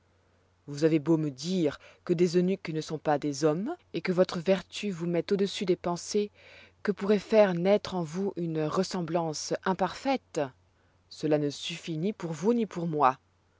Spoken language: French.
vous avez beau me dire que des eunuques ne sont pas des hommes et que votre vertu vous met au-dessus des pensées que pourrait faire naître en vous une ressemblance imparfaite cela ne suffit ni pour vous ni pour moi